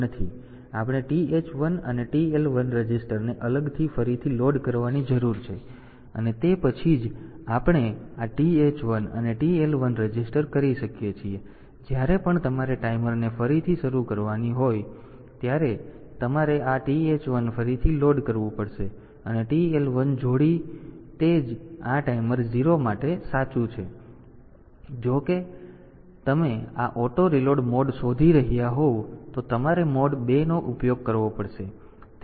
તેથી આપણે TH 1 અને TL 1 રજિસ્ટરને અલગથી ફરીથી લોડ કરવાની જરૂર છે અને તે પછી જ આપણે આ TH 1 અને TL 1 રજિસ્ટર કરી શકીએ છીએ અને જ્યારે પણ તમારે ટાઈમરને ફરીથી શરૂ કરવાની જરૂર હોય ત્યારે તમારે આ TH 1 ફરીથી લોડ કરવું પડશે અને TL 1 જોડી તે જ આ ટાઈમર 0 માટે સાચું છે જો કે જો તમે આ ઓટો રીલોડ મોડ શોધી રહ્યા હોવ તો તમારે મોડ 2 નો ઉપયોગ કરવો પડશે